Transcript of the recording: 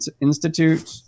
institute